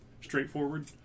straightforward